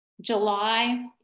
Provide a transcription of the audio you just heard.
July